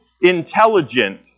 intelligent